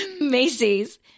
Macy's